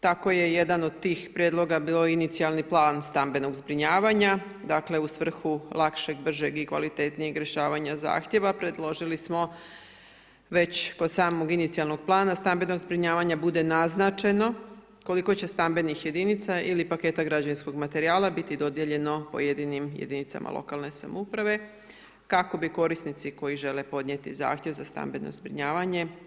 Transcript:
Tako je jedan od tih prijedloga bio inicijalni plan stambenog zbrinjavanja, dakle u svrhu lakšeg, bržeg i kvalitetnijeg rješavanja zahtjeva predložili smo već kod samog inicijalnog plana stambenog zbrinjavanja bude naznačeno koliko će stambenih jedinica ili paketa građevinskog materijala biti dodijeljeno pojedinim jedinicama lokalne samouprave kako bi korisnici koji žele podnijeti zahtjev za stambeno zbrinjavanje.